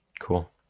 cool